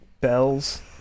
Bells